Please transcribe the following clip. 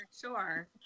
sure